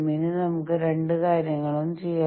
ഇനി നമുക്ക് രണ്ട് കാര്യങ്ങളും ചെയ്യാം